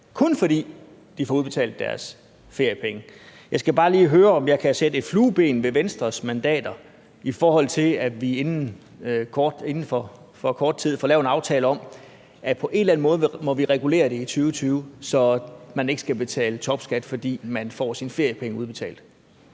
kun fordi de får udbetalt deres feriepenge. Jeg skal bare lige høre, om jeg kan sætte et flueben ved Venstres mandater, i forhold til at vi inden for kort tid får lavet en aftale om, at vi på en eller anden måde må regulere det i 2020, så man ikke skal betale topskat, fordi man får sine feriepenge udbetalt.